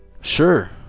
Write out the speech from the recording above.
Sure